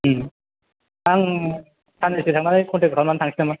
आं सान्नैसो थानानै कन्टेक खालामनानै थांसै नामा